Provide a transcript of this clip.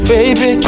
Baby